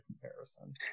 comparison